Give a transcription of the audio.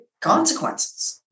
consequences